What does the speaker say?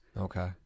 Okay